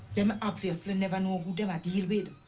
them obviously never know who them i mean